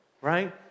right